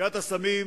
פשיעת הסמים